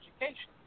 education